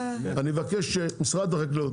אני מבקש שתשבו משרד החקלאות,